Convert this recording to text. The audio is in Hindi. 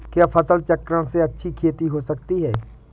क्या फसल चक्रण से अच्छी खेती हो सकती है?